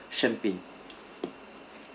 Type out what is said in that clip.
champagne